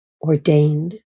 ordained